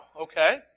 okay